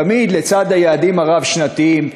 תמיד לצד היעדים הרב-שנתיים,